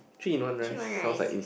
three in one rice